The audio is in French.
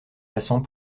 passants